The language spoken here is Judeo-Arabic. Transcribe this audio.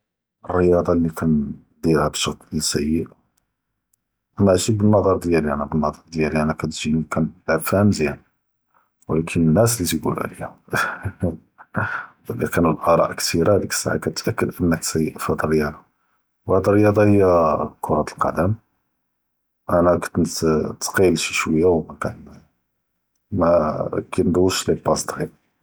אלריאצ’ה לי כנדריה ב שקל סי’א מישי בלנזר דיאלי, אני בלנזר דיאלי כתג’ינה כנל’עב פיה מיז’אן, אך אלאנסאן לי תי’קולו עליא, ראח לא כאנו אלאארא’ כתירה, הדיק אלסעה ת’מה כיתת’אכ’ד אנכ סי’א פ האד אלריאצ’ה, ו האד אלריאצ’ה היא קוראת אלפוטבול, אני כנתתקיל שי שווייה ו כנבקא מא, מא נדוש ליפאס טריביה.